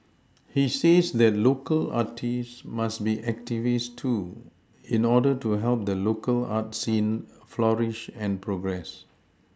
he says that local artists must be activists too in order to help the local art scene flourish and progress